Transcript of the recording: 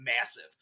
massive